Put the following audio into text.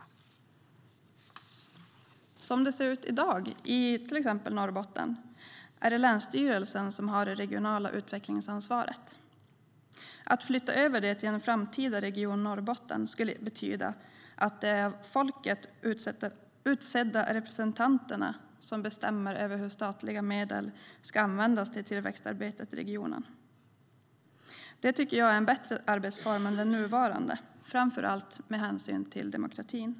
Som det ser ut i dag i till exempel Norrbotten är det länsstyrelsen som har det regionala utvecklingsansvaret. Att flytta över det till en framtida Region Norrbotten skulle betyda att det är de av folket utsedda representanterna som bestämmer över hur statliga medel ska användas till tillväxtarbetet i regionen. Det är en bättre arbetsform än den nuvarande, framför allt med hänsyn till demokratin.